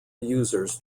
users